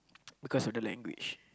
because of the language